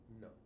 No